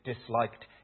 disliked